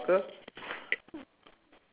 yes there's a shovel and a